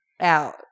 out